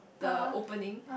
the opening